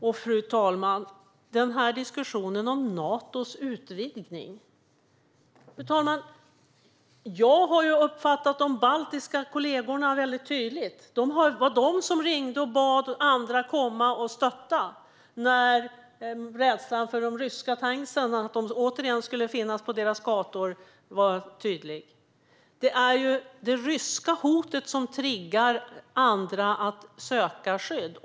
När det gäller diskussionen om Natos utvidgning har jag uppfattat det som att det var de baltiska kollegorna som ringde och bad andra komma och stötta när rädslan för att de ryska tanksen återigen skulle finnas på deras gator blev tydlig. Det är det ryska hotet som triggar andra att söka skydd.